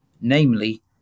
namely